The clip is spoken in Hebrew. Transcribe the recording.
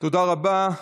תודה רבה.